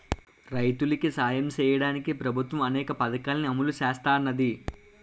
రైతులికి సాయం సెయ్యడానికి ప్రభుత్వము అనేక పథకాలని అమలు సేత్తన్నాది